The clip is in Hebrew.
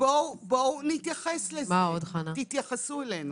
בואו נתייחס לזה, תתייחסו אלינו.